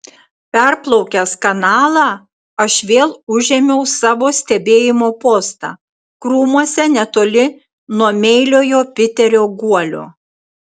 perplaukęs kanalą aš vėl užėmiau savo stebėjimo postą krūmuose netoli nuo meiliojo piterio guolio